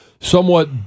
somewhat